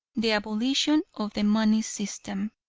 the abolition of the money system.